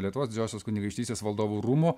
lietuvos didžiosios kunigaikštystės valdovų rūmų